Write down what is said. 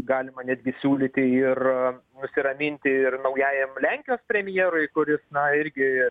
galima netgi siūlyti ir nusiraminti ir naujajam lenkijos premjerui kuris na irgi